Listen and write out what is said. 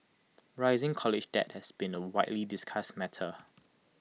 rising college debt has been A widely discussed matter